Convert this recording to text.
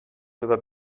über